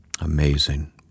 Amazing